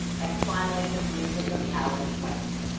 and finally the music of alex way.